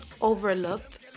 overlooked